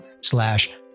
slash